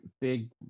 big